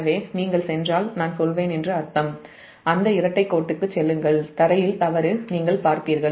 எனவே அந்த இரட்டைக் கோட்டுக்குச் செல்லுங்கள் க்ரவுன்ட்ல் தவறு நீங்கள் பார்ப்பீர்கள்